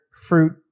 fruit